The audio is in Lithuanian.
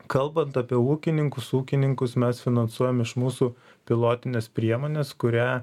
kalbant apie ūkininkus ūkininkus mes finansuojam iš mūsų pilotinės priemonės kurią